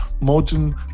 modern